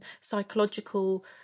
psychological